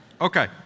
okay